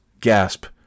gasp